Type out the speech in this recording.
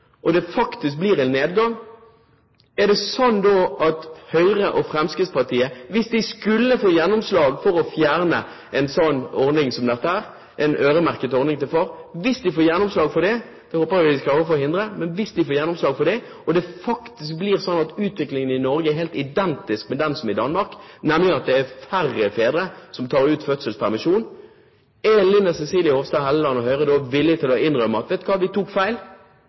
Hvis det faktisk blir en nedgang, for Norge er ganske likt Danmark – hvis Linda C. Hofstad Helleland og Høyre og Fremskrittspartiet skulle få gjennomslag for å fjerne en slik ordning som dette, en øremerket ordning til far – det håper jeg vi skal forhindre – og utviklingen i Norge blir helt identisk med den i Danmark, nemlig at det er færre fedre som tar ut fødselspermisjon, er de villig til å innrømme at de tok feil,